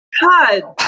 God